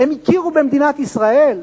הם הכירו במדינת ישראל,